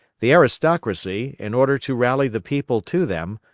the aristocracy, in order to rally the people to them,